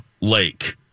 Lake